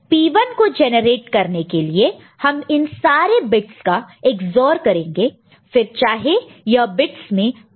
तो P1 को generate करने के लिए हम इन सारे बिट्स का EX OR करेंगे फिर चाहे यह बिट्स में जो भी मैसेज हो